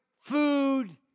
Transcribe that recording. food